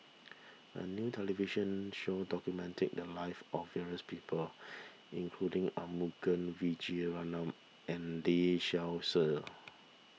a new television show documented the lives of various people including Arumugam Vijiaratnam and Lee Seow Ser